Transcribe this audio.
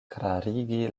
klarigi